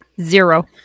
zero